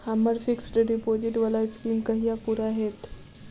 हम्मर fixed deposit वला scheme कहिया पूरा हैत?